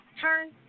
turn